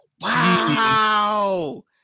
Wow